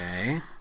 Okay